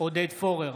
עודד פורר,